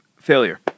failure